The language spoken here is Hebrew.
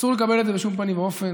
אסור לקבל את זה בשום פנים ואופן,